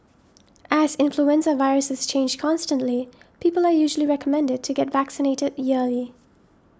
as influenza viruses change constantly people are usually recommended to get vaccinated yearly